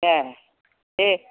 ए दे